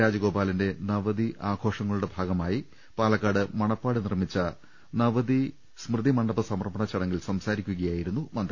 രാജഗോപാലിന്റെ നവതി ആഘോഷങ്ങളുടെ ഭാഗമായി മണപ്പാട് നിർമ്മിച്ച നവതി സ്മൃതിമണ്ഡപ സമർപ്പണ ചടങ്ങിൽ സംസാരിക്കുകയായി രുന്നു മന്തി